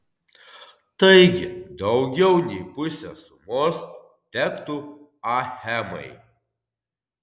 taigi daugiau nei pusė sumos tektų achemai